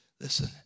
Listen